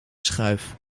schuif